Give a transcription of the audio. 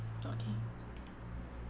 okay